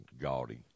gaudy